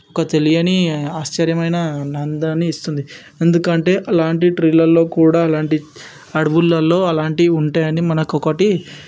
ఒక తెలియని ఆశ్చర్యమైన ఆనందాన్ని ఇస్తుంది ఎందుకంటే అలాంటి ట్రీలల్లో కూడ అలాంటి అడవులల్లో అలాంటివి ఉంటాయని మనకొకటి